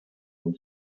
own